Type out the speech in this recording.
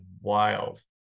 wild